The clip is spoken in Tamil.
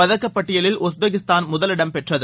பதக்கப்பட்டியலில் உஸ்பெக்கிஸ்தான் முதலிடம் பெற்றது